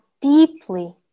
deeply